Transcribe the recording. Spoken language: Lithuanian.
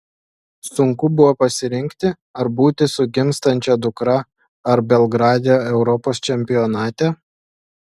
sunku buvo pasirinkti ar būti su gimstančia dukra ar belgrade europos čempionate